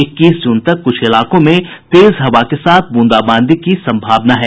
इक्कीस जून तक कुछ इलाकों में तेज हवा के साथ बूंदाबादी की संभावना है